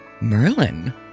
Merlin